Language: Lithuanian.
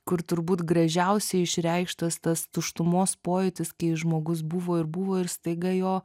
kur turbūt gražiausiai išreikštas tas tuštumos pojūtis kai žmogus buvo ir buvo ir staiga jo